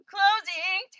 Closing